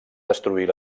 destruir